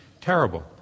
Terrible